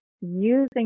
using